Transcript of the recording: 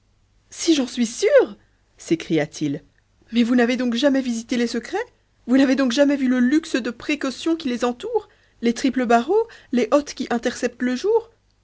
si j'en suis sûr s'écria-t-il mais vous n'avez donc jamais visité les secrets vous n'avez donc jamais vu le luxe de précautions qui les entoure les triples barreaux les hottes qui interceptent le jour